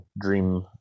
dream